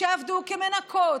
שעבדו כמנקות,